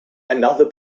another